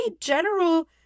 general